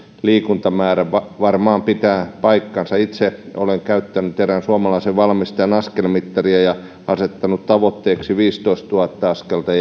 liikuntamäärä varmaan pitää paikkansa itse olen käyttänyt erään suomalaisen valmistajan askelmittaria ja asettanut tavoitteeksi viideltätoistatuhannelta askelta